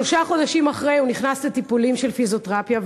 שלושה חודשים אחרי הוא נכנס לטיפולים של פיזיותרפיה,